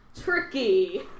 tricky